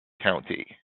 county